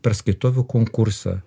per skaitovų konkursą